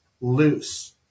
loose